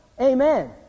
Amen